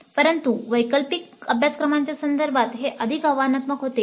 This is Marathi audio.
परंतु वैकल्पिक अभ्यासक्रमांच्या संदर्भात हे अधिक आव्हानात्मक होते